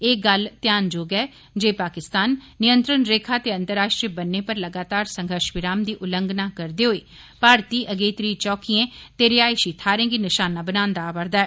एह् गल्ल ध्यानजोग ऐ जे पाकिस्तान नियंत्रण रेखा ते अंतर्राष्ट्रीय बन्ने उप्पर लगातार संघर्ष विराम दी उलंघना करदे होई भारतीय अगेत्री चौकियें ते रिहायशी थाहरें गी निशाना बनादा आव'रदा ऐ